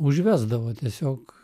užvesdavo tiesiog